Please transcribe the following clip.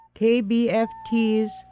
KBFT's